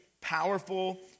powerful